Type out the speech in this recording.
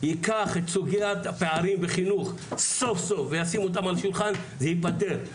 ייקח את סוגיית הפערים בחינוך סוף סוף וישים אותם על השולחן זה ייפתר,